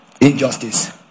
Injustice